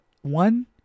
one